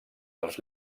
dels